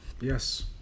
Yes